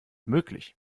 möglich